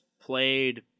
played